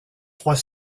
trois